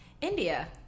India